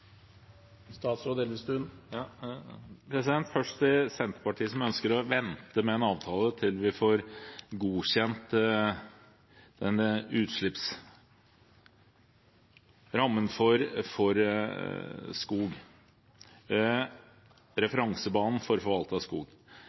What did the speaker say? Først til Senterpartiet, som ønsker å vente med en avtale til vi får godkjent utslippsrammen for skog, referansebanen for forvaltet skog.